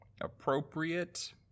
appropriate